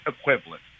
equivalent